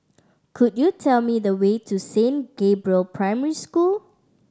could you tell me the way to Saint Gabriel Primary School